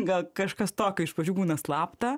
gal kažkas tokio iš pradžių būna slapta